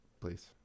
please